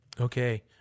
Okay